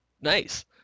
Nice